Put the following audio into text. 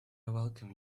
welcome